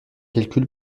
calcul